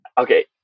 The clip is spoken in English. okay